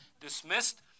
dismissed